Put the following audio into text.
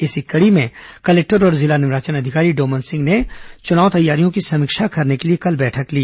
इसी कड़ी में कलेक्टर और जिला निर्वाचन अधिकारी डोमन सिंह ने चुनाव तैयारियों की समीक्षा करने के लिए कल बैठक ली